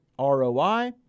ROI